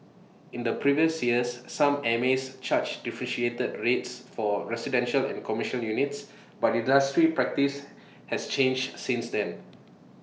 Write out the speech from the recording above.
in the previous years some mas charged differentiated rates for residential and commercial units but industry practice has changed since then